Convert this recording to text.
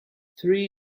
three